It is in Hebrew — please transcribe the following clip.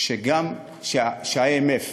שגם ה-IMF